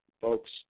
folks